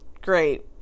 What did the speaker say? great